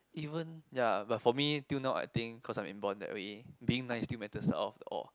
even ya for me but for me till now I think cause I'm inborn that way being nice still matters sort of or